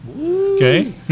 okay